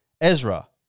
Ezra